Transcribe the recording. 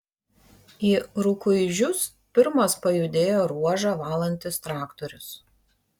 į rukuižius pirmas pajudėjo ruožą valantis traktorius